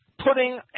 putting